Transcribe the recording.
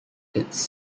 its